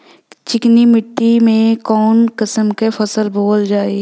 चिकनी मिट्टी में कऊन कसमक फसल बोवल जाई?